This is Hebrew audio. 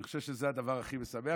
אני חושב שזה הדבר הכי משמח,